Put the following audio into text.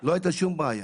לא הייתה שום בעיה.